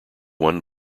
won